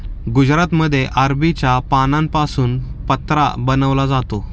गुजरातमध्ये अरबीच्या पानांपासून पत्रा बनवला जातो